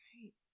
Right